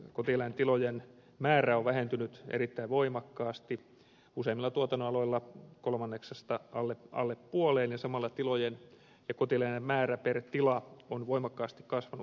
kotieläintilojen määrä on vähentynyt erittäin voimakkaasti useimmilla tuotannonaloilla kolmanneksesta alle puoleen ja samalla tilojen ja kotieläinten määrä per tila on voimakkaasti kasvanut